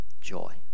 Joy